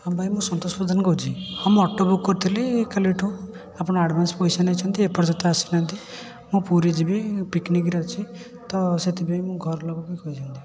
ହଁ ଭାଇ ମୁଁ ସନ୍ତୋଷ ପ୍ରଧାନ କହୁଛି ହଁ ମୁଁ ଅଟୋ ବୁକ୍ କରିଥିଲି କାଲିଠୁ ଆପଣ ଆଡ଼ଭାନ୍ସ ପଇସା ନେଇଛନ୍ତି ଏ ପର୍ଯ୍ୟନ୍ତ ଆସିନାହାନ୍ତି ମୁଁ ପୁରୀ ଯିବି ପିକ୍ନିକ୍ରେ ଅଛି ତ ସେଥିପାଇଁ ମୁଁ ଘରଲୋକ ବି କହିଛନ୍ତି